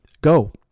Go